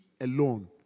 alone